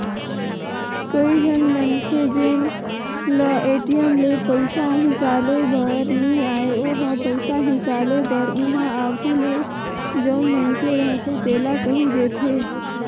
कइझन मनखे जेन ल ए.टी.एम ले पइसा हिंकाले बर नी आय ओ ह पइसा हिंकाले बर उहां आघु ले जउन मइनसे रहथे तेला कहि देथे